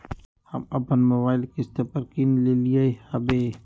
हम अप्पन मोबाइल किस्ते पर किन लेलियइ ह्बे